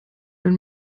wenn